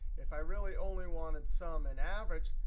if i really only wanted sum and average,